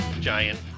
giant